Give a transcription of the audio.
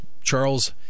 Charles